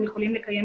הם יכולים לקיים